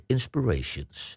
Inspirations